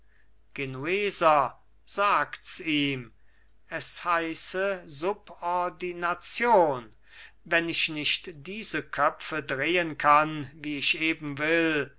genueser sagts ihm es heiße subordination wenn ich nicht diese köpfe drehen kann wie ich eben will